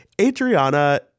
Adriana